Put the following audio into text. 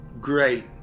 Great